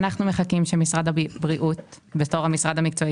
אנחנו מחכים שמשרד הבריאות בתור המשרד המקצועי